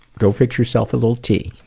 go fix yourself a little tea.